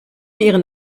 ihren